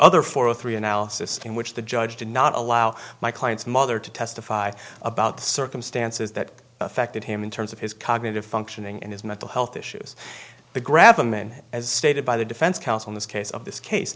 other four or three analysis in which the judge did not allow my client's mother to testify about the circumstances that affected him in terms of his cognitive functioning and his mental health issues the grab them in as stated by the defense counsel in this case of this case